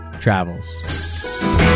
travels